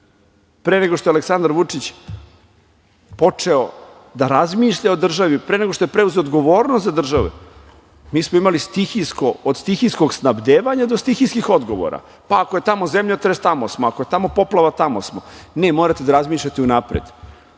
Pre nego što je Aleksandar Vučić počeo da razmišlja o državi, pre nego što je preuzeo odgovornost za državu, mi smo imali od stihijskog snabdevanja, do stihijskih odgovora, pa ako je tamo zemljotres, tamo smo, ako je tamo poplava, tamo smo. Morate da razmišljate unapred. Veoma